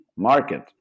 Market